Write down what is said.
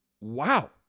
wow